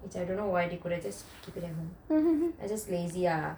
which I don't know why they could have just keep it at home I just lazy ah